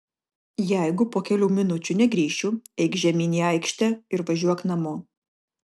jeigu po kelių minučių negrįšiu eik žemyn į aikštę ir važiuok namo